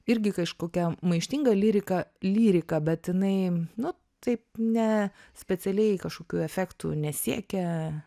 irgi kažkokia maištinga lyrika lyrika bet jinai nu taip ne specialiai kažkokių efektų nesiekia